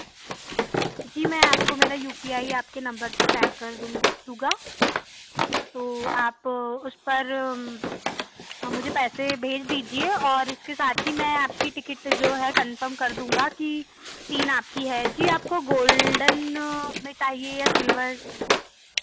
जी मैं मेरा U P I आपके नम्बर पर सेंड कर दूँ दूँगा तो आप उस पर मुझे पैसे भेज दीजिए और इसके साथ ही मैं आपकी टिकेट जो है कन्फर्म कर दूँगा की तीन आपकी है जी आपको गोल्डन में चाहिए या सिल्वर